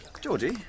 Georgie